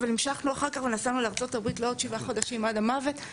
אבל אחר כך המשכנו ונסענו לארצות הברית לעוד שבעה חודשים עד המוות.